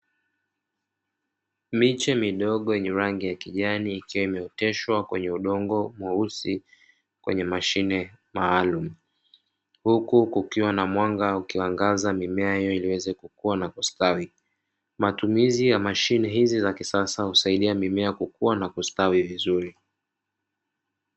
Miche midogo yenye rangi ya kijani ikiwa imeoteshwa kwenye udongo mweusi kwenye mashine maalumu, huku kukiwa na mwanga ukiangaza mimea hiyo iliiweze kukua na kustawi, matumizi ya mashine hizi za kisasa husaidia mimea kukua na kustawi vizuri.